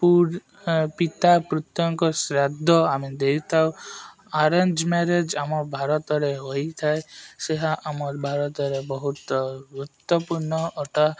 ପିତାପିତୃଙ୍କ ଶ୍ରାଦ୍ଧ ଆମେ ଦେଇଥାଉ ଆରେଞ୍ଜ୍ ମ୍ୟାରେଜ୍ ଆମ ଭାରତରେ ହୋଇଥାଏ ସେ ଆମର୍ ଭାରତରେ ବହୁତ ଗୁରୁତ୍ୱପୂର୍ଣ୍ଣ ଅଟେ